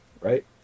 right